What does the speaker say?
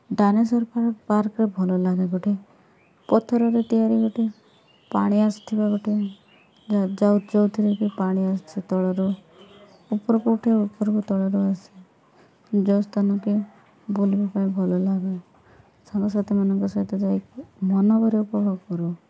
dinosaur ପାର୍କ୍ରେ ଭଲ ଲାଗେ ଗୋଟେ ପଥରରେ ତିଆରି ଗୋଟେ ପାଣି ଆସିୁଥିବା ଗୋଟେ ଯେଉଁ ଯେଉଁ ଯେଉଁଥିରେକି ପାଣି ଆସୁଛି ତଳରୁ ଉପରକୁ ଉଠେ ଉପରକୁ ତଳରୁ ଆସେ ଯେଉଁ ସ୍ଥାନକି ବୁଲିବା ପାଇଁ ଭଲ ଲାଗେ ସାଙ୍ଗସାଥିମାନଙ୍କ ସହିତ ଯାଇକି ମନଭରି ଉପଭୋଗ କରୁ